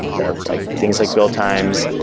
the like things like build times,